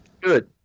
good